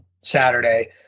Saturday